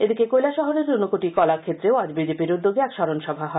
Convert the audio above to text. এদিকে কৈলাসহরের উনকোটি কলাক্ষেত্রেও আজ বিজেপির উদ্যোগে এক স্মরণসভা হয়